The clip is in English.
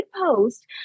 post